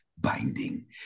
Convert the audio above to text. binding